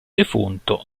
defunto